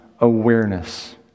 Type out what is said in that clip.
awareness